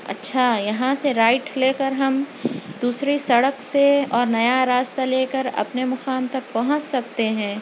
اچھا یہاں سے رائٹ لے کر ہم دوسری سڑک سے اور نیا راستہ لے کر اپنے مقام تک پہنچ سکتے ہیں